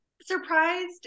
surprised